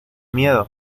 miedo